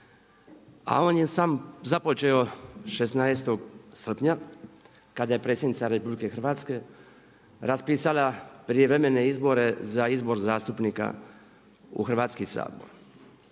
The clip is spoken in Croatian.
A on je sam započeo 16. srpnja kada je predsjednica Republike Hrvatske raspisala prijevremene izbore za izbor zastupnika u Hrvatski sabor.